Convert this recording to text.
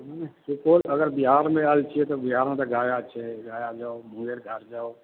सुपौल अगर बिहारमे आएल छिए तऽ बिहारमे गया छै गया जाउ देवघर जाउ